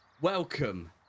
welcome